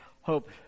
hope